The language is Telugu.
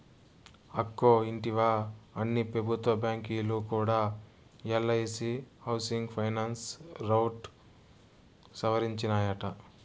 అక్కో ఇంటివా, అన్ని పెబుత్వ బాంకీలు కూడా ఎల్ఐసీ హౌసింగ్ ఫైనాన్స్ రౌట్ సవరించినాయట